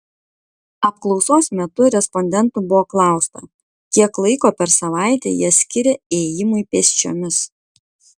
apklausos metu respondentų buvo klausta kiek laiko per savaitę jie skiria ėjimui pėsčiomis